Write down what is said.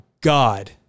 God